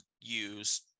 use